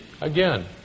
again